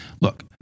Look